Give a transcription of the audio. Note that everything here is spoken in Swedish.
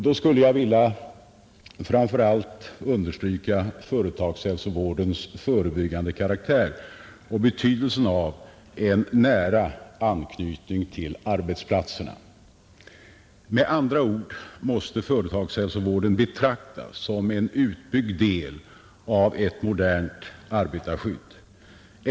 Då skulle jag vilja framför allt understryka företagshälsovårdens förebyggande karaktär och betydelsen av en nära anknytning till arbetsplatserna, Med andra ord måste företagshälsovården betraktas som en utbyggd del av ett modernt arbetarskydd.